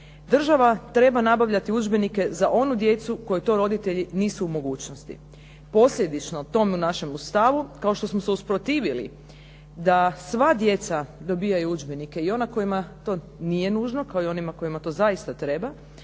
Država treba nabavljati udžbenike za onu djecu kojoj to roditelji nisu u mogućnosti. Posljedično tom našemu stavu, kao što smo se usprotivili da sva djeca dobijaju udžbenike, i ona kojima to nije nužno, kao i onima kojima to zaista treba,